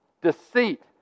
deceit